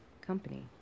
Company